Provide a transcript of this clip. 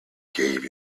gave